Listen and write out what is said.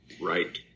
Right